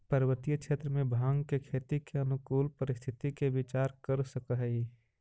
पर्वतीय क्षेत्र में भाँग के खेती के अनुकूल परिस्थिति के विचार कर सकऽ हई